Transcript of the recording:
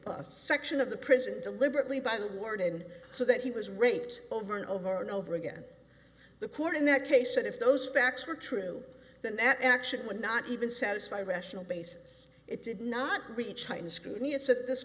section of the prison deliberately by the warden so that he was raped over and over and over again the poor in that case and if those facts were true then that action would not even satisfy rational basis it did not reach